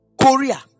korea